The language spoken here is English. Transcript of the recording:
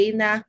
na